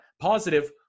positive